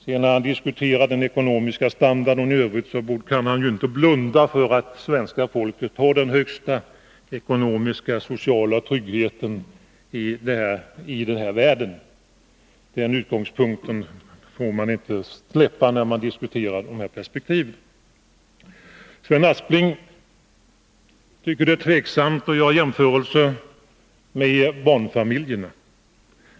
När han sedan diskuterar den ekonomiska standarden i övrigt kan han inte blunda för att svenska folket har den bästa ekonomiska och sociala tryggheten i världen. Den utgångspunkten får man inte släppa när man diskuterar de här perspektiven. Sven Aspling tycker att det är tveksamt att göra jämförelser med barnfamiljerna.